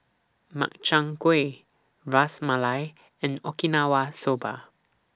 Makchang Gui Ras Malai and Okinawa Soba